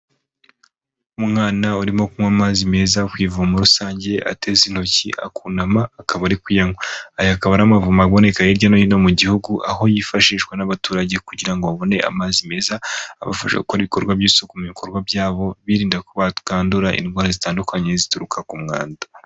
Umwana urimo kunywa amazi meza ku ivumo rusange ateze intoki akunama akaba ari kuyanywa. Aya akaba ari amavumo aboneka hirya no hino mu gihugu, aho yifashishwa n'abaturage kugira ngo babone amazi meza abafasha gukora ibikorwa by'isuku mu bikorwa byabo, birinda ko bakandura indwara zitandukanye zituruka ku mwanda.